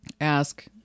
ask